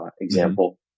example